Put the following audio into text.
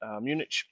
munich